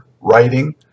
writing